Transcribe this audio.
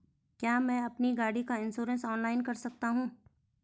क्या मैं अपनी गाड़ी का इन्श्योरेंस ऑनलाइन कर सकता हूँ?